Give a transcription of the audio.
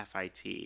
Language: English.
FIT